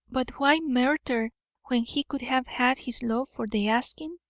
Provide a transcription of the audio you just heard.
but why murder when he could have had his loaf for the asking?